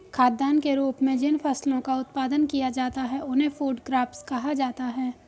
खाद्यान्न के रूप में जिन फसलों का उत्पादन किया जाता है उन्हें फूड क्रॉप्स कहा जाता है